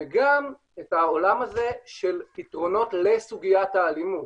וגם את העולם הזה של פתרונות לסוגיית האלימות.